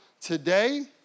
today